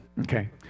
okay